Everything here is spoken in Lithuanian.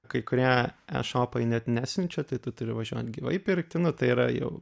kai kurie ešopai net nesiunčia tai tu turi važiuot gyvai pirkti nu tai yra jau